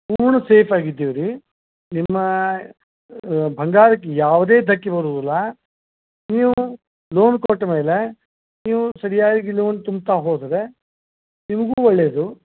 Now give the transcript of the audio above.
ಪೂರ್ಣ ಸೇಫ್ ಆಗಿದ್ದಿವಿವ್ ರೀ ನಿಮ್ಮ ಬಂಗಾರಕ್ಕೆ ಯಾವುದೇ ಧಕ್ಕೆ ಬರೋದಿಲ್ಲ ನೀವು ಲೋನ್ ಕೊಟ್ಟ ಮೇಲೆ ನೀವು ಸರಿಯಾಗಿ ಲೋನ್ ತುಂಬ್ತಾ ಹೋದರೆ ನಿಮಗೂ ಒಳ್ಳೇದು